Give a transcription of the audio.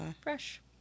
fresh